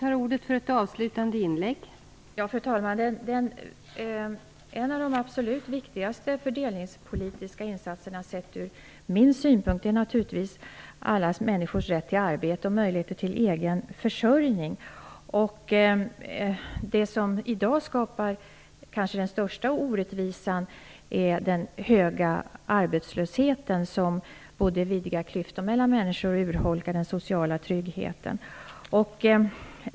Fru talman! En av de absolut viktigaste fördelningspolitiska insatserna sett ur min synpunkt är alla människors rätt till arbete och möjlighet till egen försörjning. Det som i dag kanske skapar den största orättvisan är den höga arbetslösheten, som både vidgar klyftor mellan människor och urholkar den sociala tryggheten.